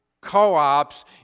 co-ops